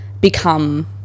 become